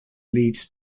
leads